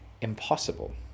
impossible